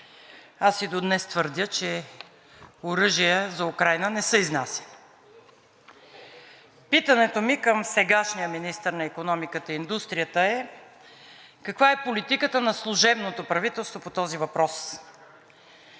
Аз и до днес твърдя, че оръжие за Украйна не се изнася. Питането ми към сегашния министър на икономиката и индустрията е каква е политиката на служебното правителство по този въпрос?